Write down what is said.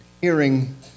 hearing